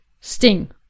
Sting